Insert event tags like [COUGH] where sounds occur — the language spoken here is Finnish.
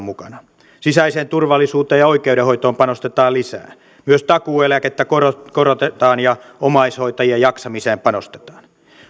[UNINTELLIGIBLE] mukana sisäiseen turvallisuuteen ja oikeudenhoitoon panostetaan lisää myös takuueläkettä korotetaan korotetaan ja omaishoitajien jaksamiseen panostetaan